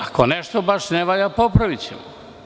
Ako nešto baš ne valja, popravićemo.